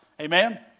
Amen